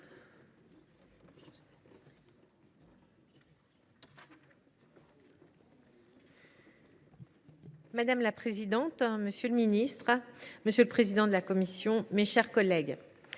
Madame la présidente, madame la ministre, monsieur le président de la commission, mes chers collègues,